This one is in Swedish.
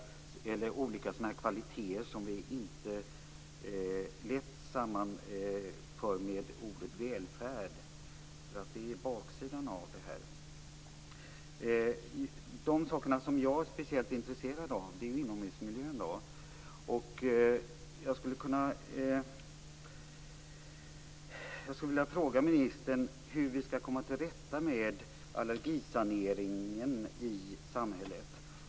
Det är olika kvaliteter, som vi inte lätt sammankopplar med ordet välfärd, därför att det är baksidan av detta. Det som jag är speciellt intresserad av är inomhusmiljön. Jag skulle vilja fråga ministern hur vi skall komma till rätta med allergisaneringen i samhället.